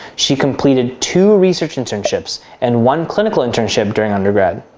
she completed two research internships and one clinical internship during undergrad.